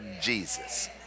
Jesus